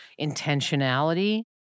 intentionality